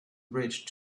bridge